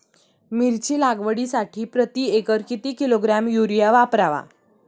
मिरची लागवडीसाठी प्रति एकर किती किलोग्रॅम युरिया वापरावा?